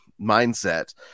mindset